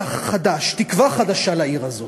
פתח חדש, תקווה חדשה, לעיר הזאת.